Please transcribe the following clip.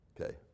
Okay